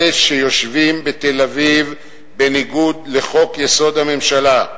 אלה שיושבים בתל-אביב בניגוד לחוק-יסוד: הממשלה,